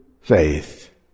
faith